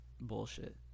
bullshit